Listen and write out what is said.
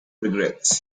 regrets